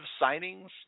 signings